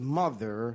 mother